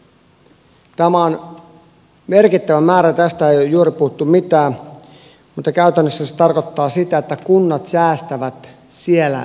tämä on merkittävä määrä tästä ei ole juuri puhuttu mitään mutta käytännössä se tarkoittaa sitä että kunnat säästävät siellä missä pystyvät